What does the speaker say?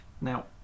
now